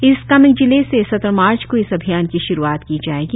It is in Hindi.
ईस्ट कामेंग जिले से सत्रह मार्च को इस अभियान की श्रुआत की जाएगी